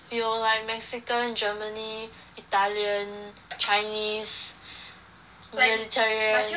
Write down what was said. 有 like mexican germany italian chinese mediterranean